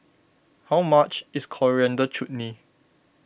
how much is Coriander Chutney